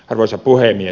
arvoisa puhemies